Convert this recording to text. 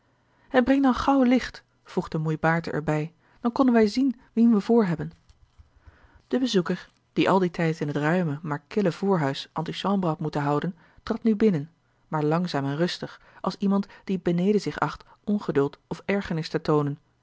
en breng dan gauw licht voegde moei baerte er bij dan konnen wij zien wien we voorhebben de bezoeker die al dien tijd in het ruime maar kille voorhuis antichambre had moeten houden trad nu binnen maar langzaam en rustig als iemand die het beneden zich acht ongeduld of ergernis te toonen